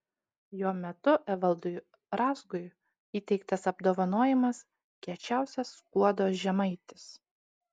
jo metu evaldui razgui įteiktas apdovanojimas kiečiausias skuodo žemaitis